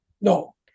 No